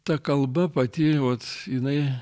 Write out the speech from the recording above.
ta kalba pati uot jinai